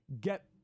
get